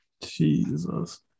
Jesus